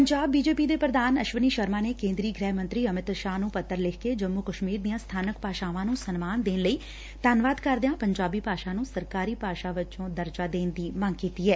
Punjab B J P ਦੇ ਪ੍ਰਧਾਨ ਅਸ਼ਵਨੀ ਸ਼ਰਮਾ ਨੇ ਕੇਂਦਰੀ ਗ੍ਰਹਿ ਮੰਤਰੀ ਅਮਿਤ ਸ਼ਾਹ ਨੂੰ ਪੱਤਰ ਲਿਖ ਕੇ ਜੰਮੁ ਕਸ਼ਮੀਰ ਦੀਆਂ ਸਬਾਨਕ ਭਾਸ਼ਾਵਾਂ ਨੂੰ ਸਨਮਾਨ ਦੇਣ ਲਈ ਧੰਨਵਾਦ ਕਰਦਿਆਂ ਪੰਜਾਬੀ ਭਾਸ਼ਾ ਨੂੰ ਸਰਕਾਰੀ ਭਾਸ਼ਾ ਵਜੋਂ ਦਰਜਾ ਦੇਣ ਦੀ ਮੰਗ ਕੀਤੀ ਐ